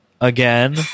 Again